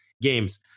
games